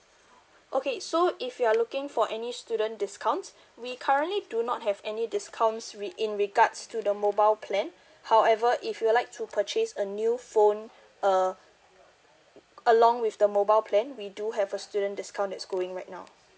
okay so if you're looking for any student discounts we currently do not have any discounts re~ in regards to the mobile plan however if you'd like to purchase a new phone uh along with the mobile plan we do have a student discount it's going right now